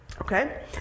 Okay